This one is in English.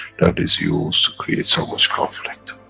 that is used to create so much conflict,